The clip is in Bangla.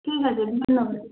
ঠিক আছে ধন্যবাদ